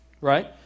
Right